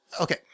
okay